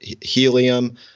helium